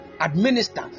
administer